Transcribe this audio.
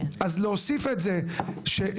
אז להוסיף את זה שחקלאי,